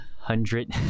hundred